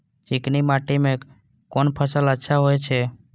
चिकनी माटी में कोन फसल अच्छा होय छे?